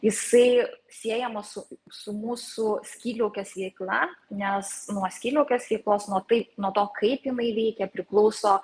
jisai siejamas su su mūsų skydliaukės veikla nes nuo skydliaukės veiklos nuo taip nuo to kaip jinai veikia priklauso